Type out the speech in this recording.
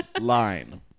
line